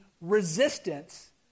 resistance